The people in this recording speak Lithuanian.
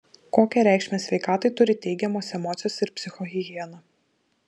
kokią reikšmę sveikatai turi teigiamos emocijos ir psichohigiena